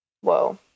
Whoa